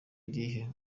irihe